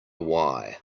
why